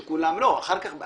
אחר כך.